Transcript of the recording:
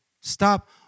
Stop